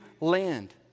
land